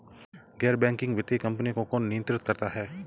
गैर बैंकिंग वित्तीय कंपनियों को कौन नियंत्रित करता है?